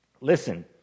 Listen